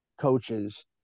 coaches